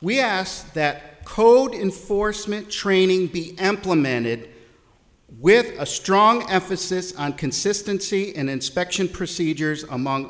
we asked that code enforcement training be employed mended with a strong emphasis on consistency and inspection procedures among